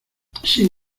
sin